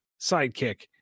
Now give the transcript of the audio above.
sidekick